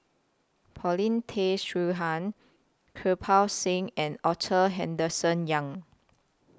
Paulin Tay Straughan Kirpal Singh and Arthur Henderson Young